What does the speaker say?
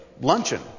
Luncheon